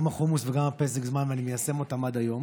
גם החומוס וגם הפסק זמן, ואני מיישם אותם עד היום,